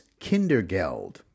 Kindergeld